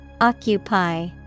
Occupy